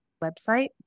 website